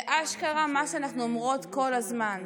זה אשכרה מה שאנחנו אומרות כל הזמן: